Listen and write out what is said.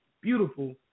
beautiful